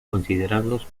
considerados